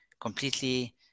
completely